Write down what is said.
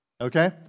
okay